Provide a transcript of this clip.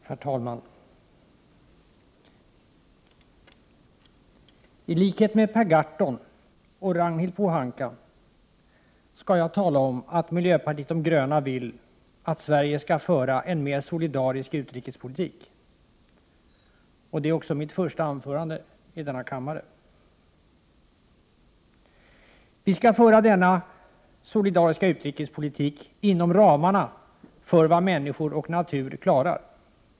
Herr talman! I likhet med Per Gahrton och Ragnhild Pohanka skall jag tala om att miljöpartiet de gröna vill att Sverige skall föra en mer solidarisk utrikespolitik. Detta är också mitt första anförande i denna kammare. Vi skall föra denna solidariska utrikespolitik inom ramarna för vad människor och natur klarar.